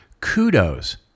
kudos